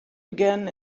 began